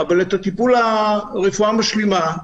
אבל את הרפואה המשלימה,